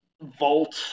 vault